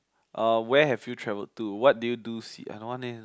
uh where have you traveled to what did you do see I want leh